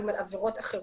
אם על עבירות אחרות.